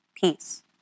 peace